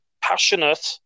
passionate